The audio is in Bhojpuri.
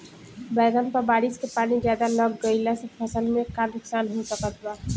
बैंगन पर बारिश के पानी ज्यादा लग गईला से फसल में का नुकसान हो सकत बा?